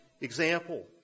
example